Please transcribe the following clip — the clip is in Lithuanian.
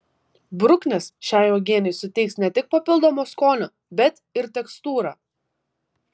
bruknės šiai uogienei suteiks ne tik papildomo skonio bet ir tekstūrą